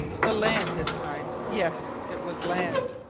the land this time yes it was land!